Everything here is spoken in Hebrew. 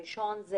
הראשון,